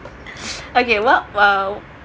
okay well well